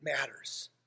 matters